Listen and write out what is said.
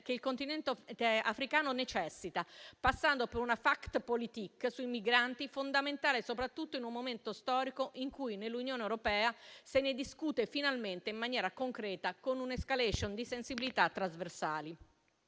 che il Continente africano necessita, passando per una *Faktpolitik* sui migranti, fondamentale soprattutto in un momento storico in cui nell'Unione europea se ne discute finalmente in maniera concreta, con un'*escalation* di sensibilità trasversali.